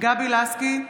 גבי לסקי,